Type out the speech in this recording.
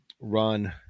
run